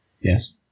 Yes